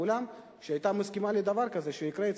בעולם שהיתה מסכימה שדבר כזה יקרה אצלה.